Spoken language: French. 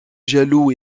jaloux